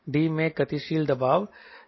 D में गतिशील दबाव है